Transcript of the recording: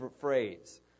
phrase